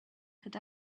had